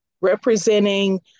representing